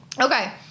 Okay